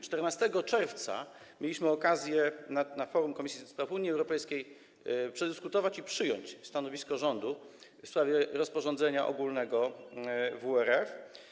14 czerwca mieliśmy okazję na forum Komisji do Spraw Unii Europejskiej przedyskutować i przyjąć stanowisko rządu w sprawie rozporządzenia ogólnego WRF.